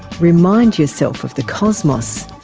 remind yourself of the cosmos.